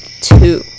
Two